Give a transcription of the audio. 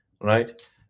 right